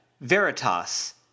Veritas